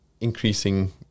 increasing